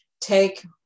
take